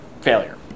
failure